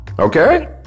Okay